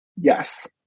Yes